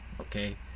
okay